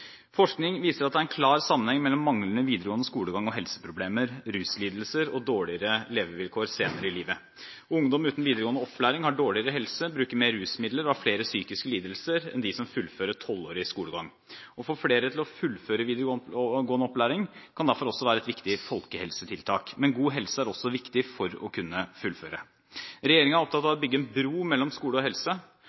Forskning viser at det er en klar sammenheng mellom manglende videregående skolegang og helseproblemer, ruslidelser og dårligere levevilkår senere i livet. Ungdom uten videregående opplæring har dårligere helse, bruker mer rusmidler og har flere psykiske lidelser enn de som fullfører tolvårig skolegang. Å få flere til å fullføre videregående opplæring kan derfor også være et viktig folkehelsetiltak, men god helse er også viktig for å kunne fullføre. Regjeringen er opptatt av å bygge en bro mellom skole og helse.